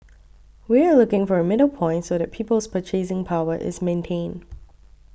we are looking for a middle point so that people's purchasing power is maintained